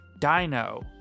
Dino